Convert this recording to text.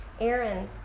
Aaron